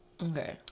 Okay